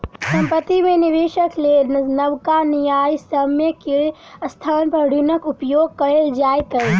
संपत्ति में निवेशक लेल नबका न्यायसम्य के स्थान पर ऋणक उपयोग कयल जाइत अछि